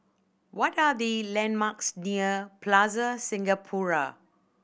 what are the landmarks near Plaza Singapura